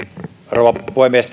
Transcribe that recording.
rouva puhemies